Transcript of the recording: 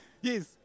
Yes